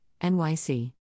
NYC